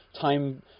time